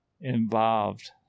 involved